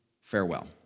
farewell